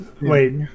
wait